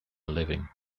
living